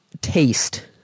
taste